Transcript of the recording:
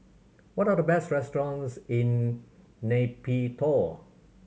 what are the best restaurants in Nay Pyi Taw